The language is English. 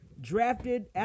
Drafted